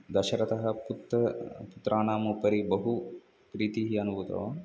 दशरथः पुत्रः पुत्राणामुपरि बहु प्रीतिः अनुभूतवान्